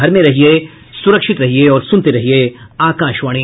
घर में रहिये सुरक्षित रहिये और सुनते रहिये आकाशवाणी